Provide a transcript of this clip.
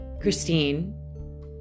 Christine